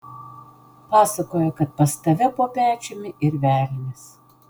pasakoja kad pas tave po pečiumi yr velnias